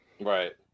right